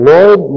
Lord